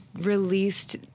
released